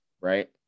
right